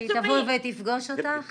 שהיא תבוא ותפגוש אותך?